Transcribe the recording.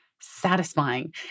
satisfying